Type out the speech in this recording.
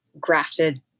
grafted